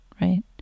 right